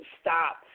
stop